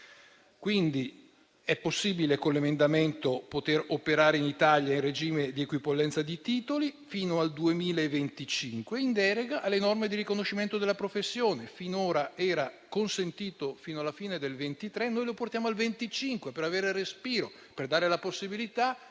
quindi possibile, grazie ad un emendamento, operare in Italia in regime di equipollenza di titoli, fino al 2025, in deroga alle norme di riconoscimento della professione. Finora era consentito fino alla fine del 2023 e noi lo portiamo al 2025, per avere respiro e dare la possibilità